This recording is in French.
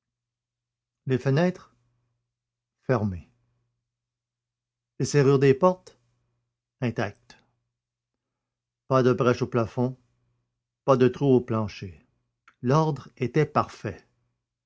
les fenêtres fermées les serrures des portes intactes pas de brèche au plafond pas de trou au plancher l'ordre était parfait